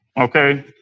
Okay